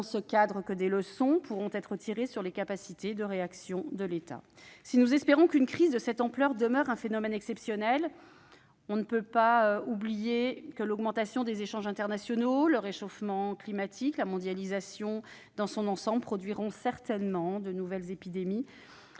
ce cadre que des leçons pourront être tirées quant aux capacités de réaction de l'État. Si nous espérons qu'une crise de cette ampleur demeurera un phénomène exceptionnel, on ne peut pas oublier que l'augmentation des échanges internationaux, le réchauffement climatique et la mondialisation dans son ensemble provoqueront certainement de nouvelles épidémies.